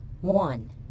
one